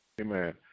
Amen